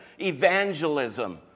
evangelism